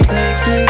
Baby